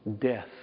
death